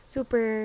Super